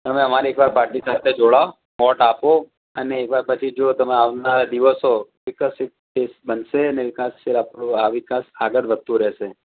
તમે અમારી એકવાર પાર્ટી સાથે જોડાઓ વોટ આપો અને એકવાર પછી તમે જુઓ તમારા આવનારા દિવસો વિકસિત દેશ બનશે અને આ વિકાસશીલ આપણો આ વિકાસ આગળ વધતો રહેશે